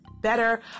better